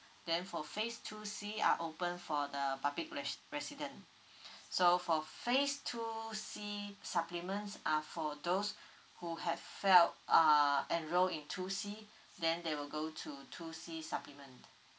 then for phase two C are open for the public res~ resident so for phase two C supplements are for those who have failed ah enrol in two C then they will go to two C supplement